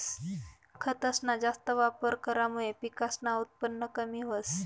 खतसना जास्त वापर करामुये पिकसनं उत्पन कमी व्हस